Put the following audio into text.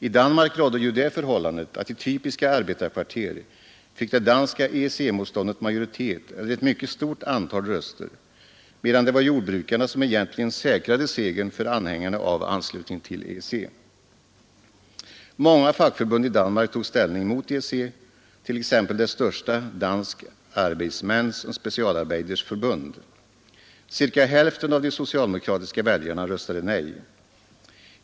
I Danmark rådde ju det förhållandet att i typiska arbetarkvarter fick EEC-motståndet majoritet eller ett mycket stort antal röster medan det var jordbrukarna som egentligen säkrade segern för anhängarna av anslutning till EEC. Många fackförbund i Danmark tog ställning mot EEC. T. ex. det största Dansk arbejdsmandsog specialarbejder forbund. Cirka hälften av de socialdemokratiska väljarna röstade nej.